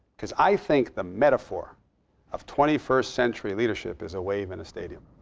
because i think the metaphor of twenty first century leadership is a wave in a stadium.